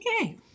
Okay